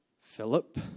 Philip